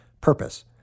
Purpose